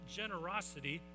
generosity